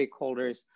stakeholders